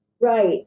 Right